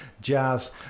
Jazz